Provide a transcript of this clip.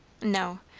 no,